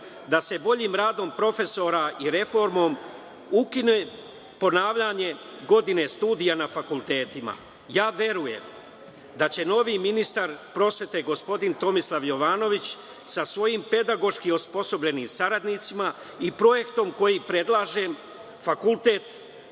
da se boljim radom profesora i reformom ukine ponavljanje godine studija na fakultetima. Verujem da će novi ministar prosvete, gospodin Tomislav Jovanović, sa svojim pedagoški osposobljenim saradnicima, i projektom koji predlažem, fakultet